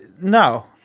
no